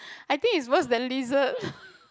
I think it's worse than lizard